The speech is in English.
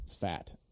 fat